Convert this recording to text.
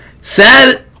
sad